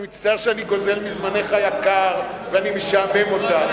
אני מצטער שאני גוזל מזמנך היקר ואני משעמם אותך,